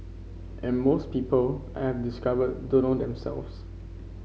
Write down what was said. and most people I've discovered don't know themselves